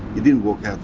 the room.